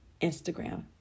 Instagram